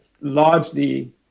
largely